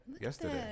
yesterday